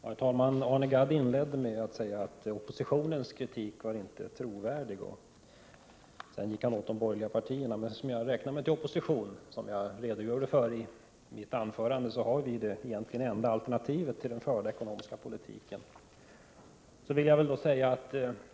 Herr talman! Arne Gadd inledde med att säga att oppositionens kritik inte var trovärdig, och sedan gick han åt de borgerliga partierna. Eftersom jag räknar mig till oppositionen vill jag upprepa vad jag redogjorde för i mitt anförande, nämligen att vi egentligen har det enda alternativet till den förda ekonomiska politiken.